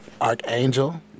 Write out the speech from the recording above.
Archangel